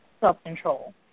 self-control